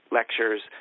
lectures